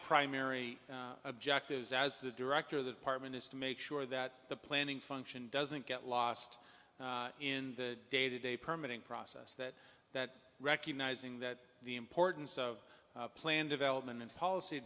primary objectives as the director of the partment is to make sure that the planning function doesn't get lost in the day to day permanent process that that recognizing that the importance of plan development and policy